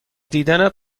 دیدنت